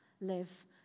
Live